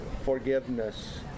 forgiveness